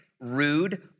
rude